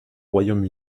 royaume